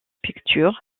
pictures